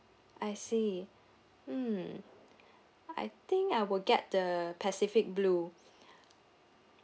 I see hmm I think I will get the pacific blue